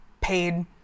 paid